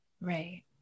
Right